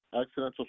Accidental